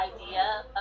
idea